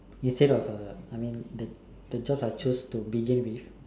instead of uh I mean the the jobs I choose to begin with